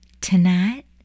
tonight